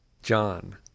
John